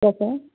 क्या कहा